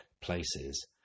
places